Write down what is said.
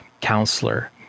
counselor